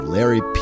Larry